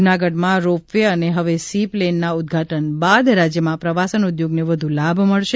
જૂનાગઢમાં ropeway અને હવે સી પ્લેનના ઉદઘાટન બાદ રાજ્યમાં પ્રવાસન ઉદ્યોગને વધુ લાભ મળશે